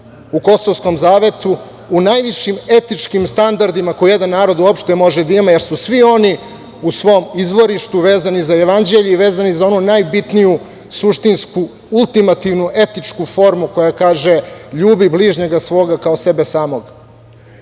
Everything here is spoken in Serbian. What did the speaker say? u kosovskom zavetu, u najvišim etičkim standardima koje jedan narod uopšte može da ima, jer su svi oni u svom izvorištu vezani za Jevanđelje i vezani za onu najbitniju suštinsku ultimativnu etičku formu koja kaže - Ljubi bližnjega svoga kao sebe samoga. Zato